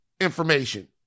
information